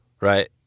Right